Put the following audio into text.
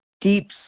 deep